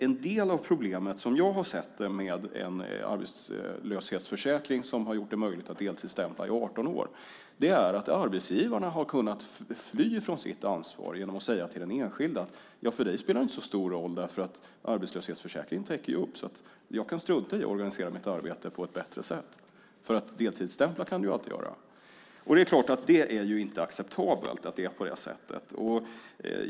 En del av problemet, som jag har sett det, med en arbetslöshetsförsäkring som har gjort det möjligt att deltidsstämpla i 18 år är att arbetsgivarna har kunnat fly från sitt ansvar genom att säga till den enskilda: För dig spelar det inte så stor roll. Arbetslöshetsförsäkringen täcker ju upp. Jag kan strunta i att organisera mitt arbete på ett bättre sätt, för du kan ju alltid deltidsstämpla. Det är klart att det inte är acceptabelt att det är på det sättet.